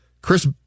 Chris